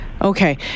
Okay